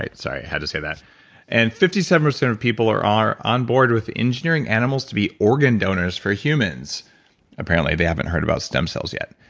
sorry. i had to say that and fifty seven percent of people are are on board with engineering animals to be organ donors for humans apparently, they haven't heard about stem cells yet.